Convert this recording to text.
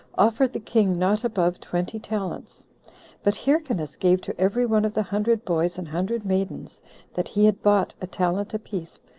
offered the king not above twenty talents but hyrcanus gave to every one of the hundred boys and hundred maidens that he had bought a talent apiece,